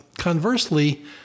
Conversely